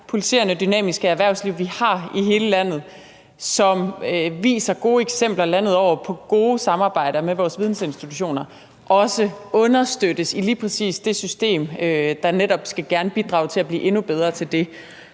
pulserende og dynamiske erhvervsliv, vi har i hele landet, og som viser gode eksempler landet over på gode samarbejder med vores vidensinstitutioner, også understøttes i lige præcis det system, som gerne skal bidrage til at blive endnu bedre til det.